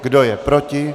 Kdo je proti?